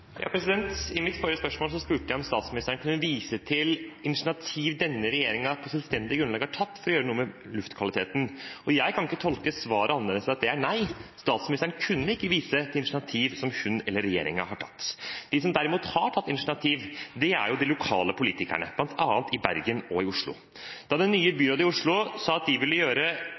I mitt forrige spørsmål spurte jeg om statsministeren kunne vise til initiativ denne regjeringen på selvstendig grunnlag har tatt for å gjøre noe med luftkvaliteten. Jeg kan ikke tolke svaret annerledes enn at det er nei, statsministeren kunne ikke vise til et initiativ som hun eller regjeringen har tatt. De som derimot har tatt initiativ, er de lokale politikerne, bl.a. i Bergen og i Oslo. Da det nye byrådet i Oslo sa at de ville gjøre bysentrum bilfritt som ett av mange tiltak for å gjøre